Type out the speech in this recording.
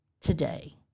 today